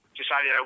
decided